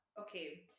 okay